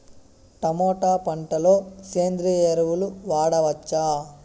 Tomato పంట లో సేంద్రియ ఎరువులు వాడవచ్చా?